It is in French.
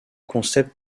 concept